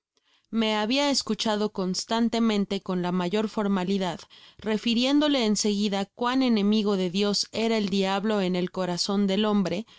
me habia escuchado constantemente con la mayor formalidad refiriéndole en seguida cuán enemigo de dios era el diablo en el corazon del hombre